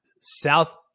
South